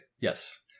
yes